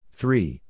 three